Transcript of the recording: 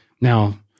now